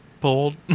pulled